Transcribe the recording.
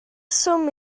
swm